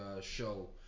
show